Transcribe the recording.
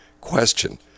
Question